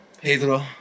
Pedro